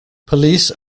police